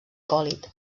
còlit